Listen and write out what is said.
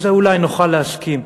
על זה אולי נוכל אולי להסכים.